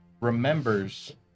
remembers